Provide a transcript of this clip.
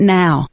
now